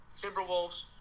Timberwolves